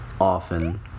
Often